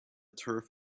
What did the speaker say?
turf